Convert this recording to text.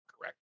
correct